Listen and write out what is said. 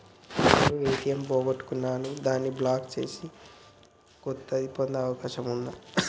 నేను ఏ.టి.ఎం పోగొట్టుకున్నాను దాన్ని బ్లాక్ చేసి కొత్తది పొందే అవకాశం ఉందా?